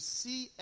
see